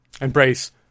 embrace